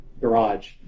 garage